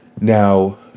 Now